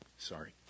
Sorry